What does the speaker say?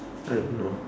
I don't know